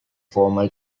formal